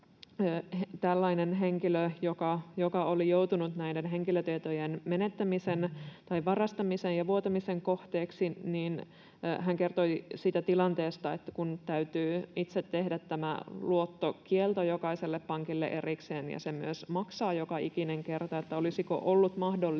tällainen henkilö, joka oli joutunut näiden henkilötietojen varastamisen ja vuotamisen kohteeksi, kertoi siitä tilanteesta, että täytyy itse tehdä luottokielto jokaiselle pankille erikseen ja se myös maksaa joka ikinen kerta, ja ehdotti, olisiko ollut mahdollista,